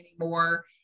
anymore